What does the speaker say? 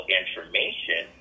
information